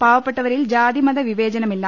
പാവപ്പെട്ടവരിൽ ജാതി മത വിവേചനമില്ല